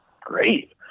great